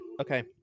Okay